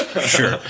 sure